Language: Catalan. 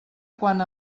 quan